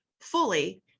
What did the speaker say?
fully